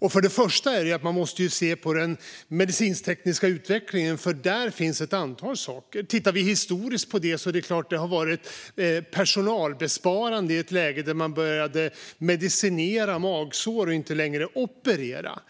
Vi måste se på den medicintekniska utvecklingen, för där finns ett antal saker. Tittar vi historiskt på detta ser vi att det var personalbesparande när man började att medicinera magsår och inte längre opererade.